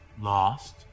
lost